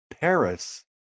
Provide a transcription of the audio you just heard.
Paris